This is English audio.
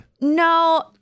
No